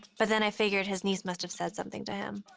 but then i figured his niece must've said something to him.